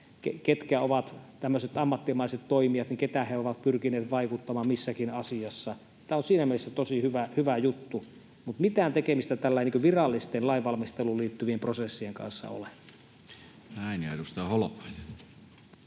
tämmöiset ammattimaiset toimijat ja keihin he ovat pyrkineet vaikuttamaan missäkin asiassa. Tämä on siinä mielessä tosi hyvä juttu. Mutta mitään tekemistä tällä ei virallisten lainvalmisteluun liittyvien prosessien kanssa ole. Näin. — Ja edustaja Holopainen.